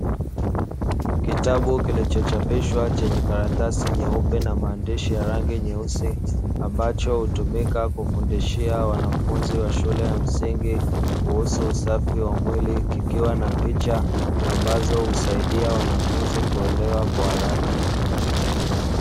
Kitabu kilichochapishwa chenye karatasi nyeupe na maandishi ya rangi nyeusi, ambacho hutumika kufundishia wanafunzi wa shule ya msingi, kuhusu usafi wa mwili kikiwa na picha ambazo husaidia wanafunzi kuelewa kwa haraka.